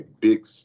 big